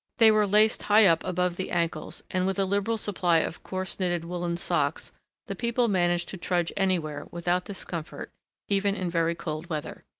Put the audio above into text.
they were laced high up above the ankles, and with a liberal supply of coarse-knitted woollen socks the people managed to trudge anywhere without discomfort even in very cold weather.